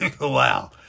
Wow